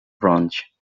branch